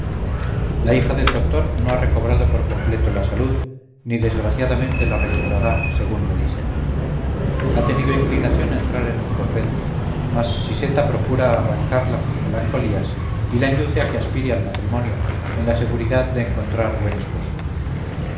la hija del doctor no ha recobrado por completo la salud ni desgraciadamente la recobrará según me dicen ha tenido inclinación a entrar en un convento mas siseta procura arrancarla sus melancolías y la induce a que aspire al matrimonio en la seguridad de encontrar buen esposo